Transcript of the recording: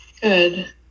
Good